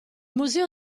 museo